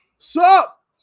Sup